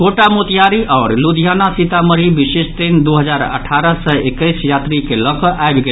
quota Motihari आओर लुधियाना सीतामढ़ी विशेष train दू हजार अठारह सय एकैस यात्री के लऽकऽ आबि गेल